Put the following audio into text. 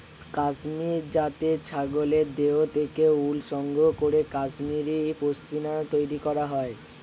কাশ্মীরি জাতের ছাগলের দেহ থেকে উল সংগ্রহ করে কাশ্মীরি পশ্মিনা তৈরি করা হয়